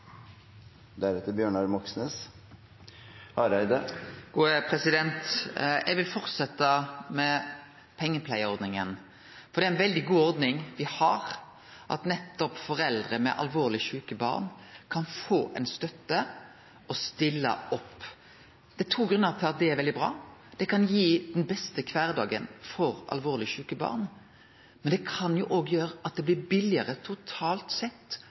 veldig god ordning me har, at foreldre med alvorleg sjuke barn kan få støtte til å stille opp. Det er to grunnar til at det er veldig bra: Det kan gi den beste kvardagen for alvorleg sjuke barn, men det kan òg gjere at det blir billegare totalt sett